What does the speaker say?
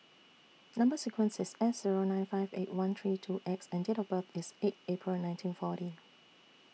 Number sequence IS S Zero nine five Eighty One three two X and Date of birth IS eight April nineteen forty